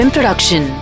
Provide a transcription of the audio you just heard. Production